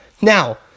Now